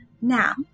now